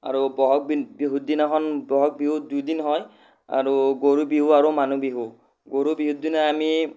আৰু বহাগ বি বিহুৰ দিনাখন বহাগ বিহু দুদিন হয় আৰু গৰু বিহু আৰু মানুহ বিহু গৰু বিহুৰ দিনা আমি